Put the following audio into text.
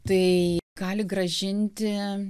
tai gali grąžinti